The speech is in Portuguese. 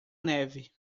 neve